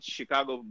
Chicago